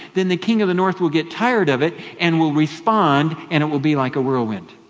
then the king of the north will get tired of it and will respond, and it will be like a whirlwind.